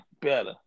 better